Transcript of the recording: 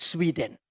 Sweden